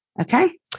Okay